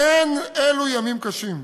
"אין אלו ימים קשים,